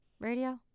radio